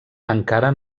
encara